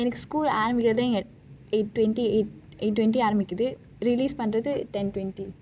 எனக்கு:enakku school ஆரம்பிக்குதே:arambikuthei eight twenty eight twenty release பன்றது:panrathu ten twenty